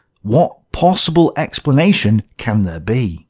what possible explanation can there be?